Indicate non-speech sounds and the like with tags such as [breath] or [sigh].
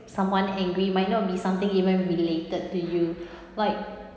someone angry might not be something even related to you [breath] like